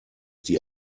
die